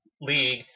league